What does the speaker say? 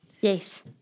Yes